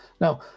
Now